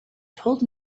told